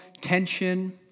tension